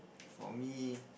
for me